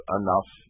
enough